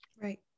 Right